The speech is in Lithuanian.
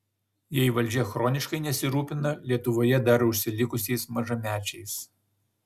jei valdžia chroniškai nesirūpina lietuvoje dar užsilikusiais mažamečiais